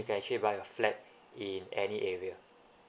you can actually buy a flag in any area